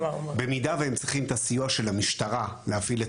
במידה והם צריכים את הסיוע של המשטרה להפעיל את